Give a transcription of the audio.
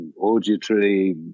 auditory